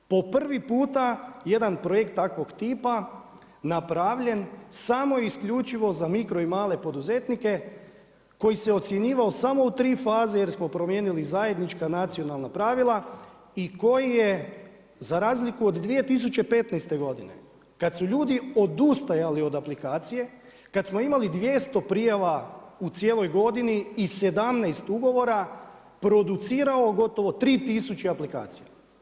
Po prvi puta jedan projekt takvog tipa napravljen samo i isključivo za mikro i male poduzetnike koji se ocjenjivao samo u 3 faze jer smo promijenili zajednička nacionalna pravila i koji je za razliku od 2015. godine kada su ljudi odustajali od aplikacije, kada smo imali 200 prijava u cijeloj godini i 17 ugovora producirao gotovo 3 tisuće aplikacija.